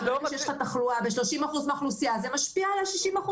ברגע שיש לך תחלואה ב-30% מהאוכלוסייה זה משפיע על 60%,